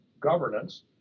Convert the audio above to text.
governance